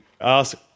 Ask